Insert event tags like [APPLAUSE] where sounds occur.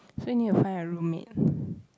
so you need to find a roommate [BREATH]